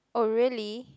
oh really